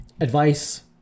advice